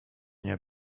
nie